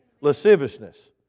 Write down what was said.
Lasciviousness